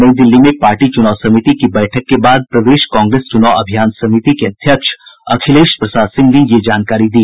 नई दिल्ली में पार्टी चुनाव समिति की बैठक के बाद प्रदेश कांग्रेस चुनाव अभियान समिति के अध्यक्ष अखिलेश प्रसाद सिंह ने ये जानकारी दी